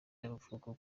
y’amavuko